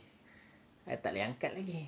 I tak boleh angkat lagi